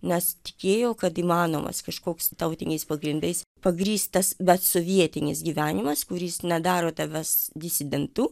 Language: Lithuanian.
nes tikėjo kad įmanomas kažkoks tautiniais pagrindais pagrįstas bet sovietinis gyvenimas kuris nedaro tavęs disidentu